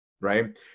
right